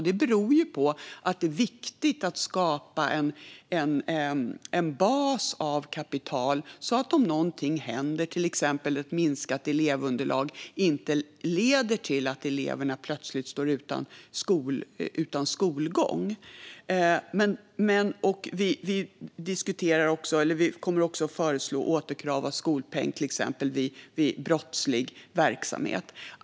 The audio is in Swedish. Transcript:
Det beror på att det är viktigt att skapa en bas av kapital så att om någonting händer, till exempel ett minskat elevunderlag, inte leder till att eleverna plötsligt står utan skolgång. Vi kommer också att föreslå återkrav av skolpeng till exempel vid brottslig verksamhet.